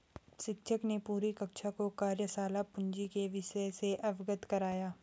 शिक्षक ने पूरी कक्षा को कार्यशाला पूंजी के विषय से अवगत कराया